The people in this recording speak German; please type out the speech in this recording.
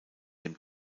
dem